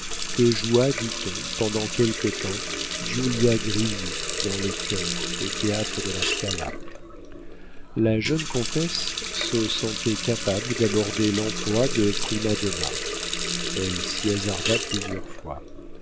que joua dit-on pendant quelque temps giulia grisi dans les chœurs au théâtre de la scala la jeune comtesse se sentait capable d'aborder l'emploi de prima donna elle s'y hasarda plusieurs fois